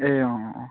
ए अँ अँ अँ